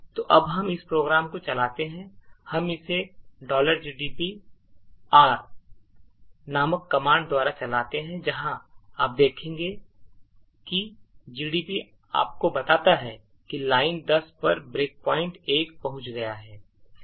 तो अब हम इस प्रोग्राम को चलाते हैं हम इसे gdb r नामक कमांड द्वारा चलाते हैं और जहां आप देखते हैं कि gdb आपको बताता है कि लाइन 10 पर ब्रेक प्वाइंट 1 पहुंच गया है